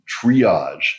triage